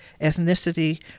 ethnicity